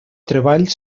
treball